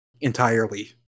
entirely